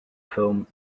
film